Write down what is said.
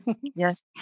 Yes